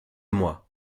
mois